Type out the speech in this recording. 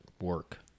work